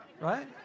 Right